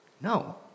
No